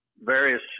various